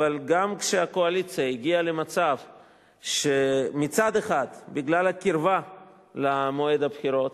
אבל גם כשהקואליציה הגיעה למצב שמצד אחד בגלל הקרבה למועד הבחירות,